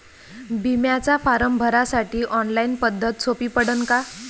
बिम्याचा फारम भरासाठी ऑनलाईन पद्धत सोपी पडन का?